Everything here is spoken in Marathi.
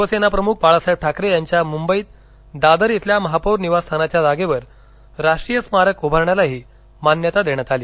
शिवसेनाप्रमुख बाळासाहेब ठाकरे यांच्या मुंबईत दादर इथल्या महापौर निवासस्थानाच्या जागेवर राष्ट्रीय स्मारक उभारण्यालाही मान्यता देण्यात आली